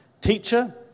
Teacher